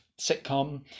sitcom